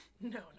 no